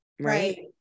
right